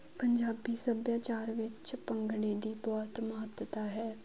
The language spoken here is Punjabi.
ਪੰਜਾਬੀ ਸੱਭਿਆਚਾਰ ਵਿੱਚ ਭੰਗੜੇ ਦੀ ਬਹੁਤ ਮਹੱਤਤਾ ਹੈ